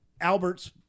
Albert's